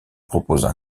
proposent